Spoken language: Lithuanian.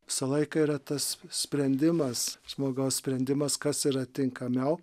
visą laiką yra tas sprendimas žmogaus sprendimas kas yra tinkamiau